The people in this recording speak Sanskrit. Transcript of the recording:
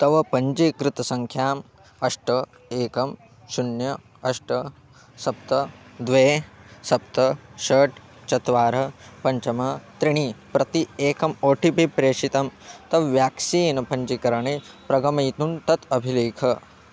तव पञ्जीकृतसङ्ख्याम् अष्ट एकं शून्यं अष्ट सप्त द्वे सप्त षट् चत्वारि पञ्च त्रीणि प्रति एकम् ओ टि पि प्रेषितं तव व्याक्सीन् पञ्चिकरणे प्रगमयितुं तत् अभिलिख